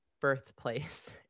birthplace